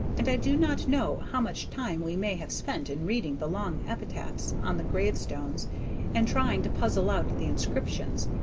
and i do not know how much time we may have spent in reading the long epitaphs on the grave-stones and trying to puzzle out the inscriptions,